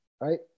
Right